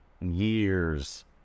Years